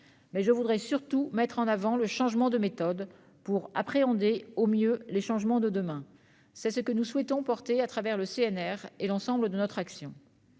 Mais je voudrais surtout mettre en avant le changement de méthode pour appréhender au mieux les changements de demain. Nous souhaitons poursuivre cet effort, à travers le CNR et l'ensemble de notre action.